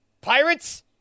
Pirates